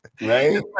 Right